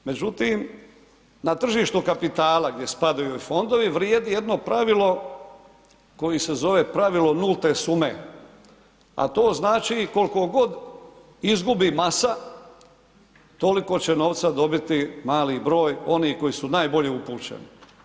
Međutim, na tržištu kapitala gdje spadaju ovi fondovi, vrijedi jedno pravilo koje se zove pravilo nulte sume, a to znači, koliko god izgubi masa, toliko će novca dobiti mali broj onih koji su najbolje upućeni.